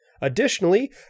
Additionally